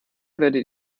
werdet